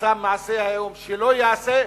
עשה היום מעשה שלא ייעשה.